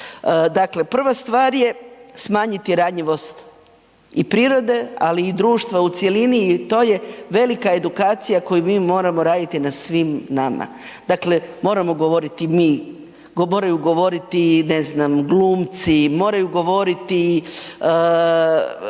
Dakle, prva stvar je smanjiti ranjivost i prirode, ali i društva u cjelini i to je velika edukacija koju mi moramo raditi na svim nama. Dakle, moramo govoriti mi, moraju govoriti, ne znam, glumci, moraju govoriti,